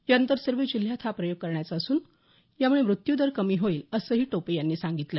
यानंतर सर्व जिल्ह्यात हा प्रयोग करायचा असून त्यामुळे मृत्यूदर कमी होईल असंही टोपे यांनी यावेळी सांगितलं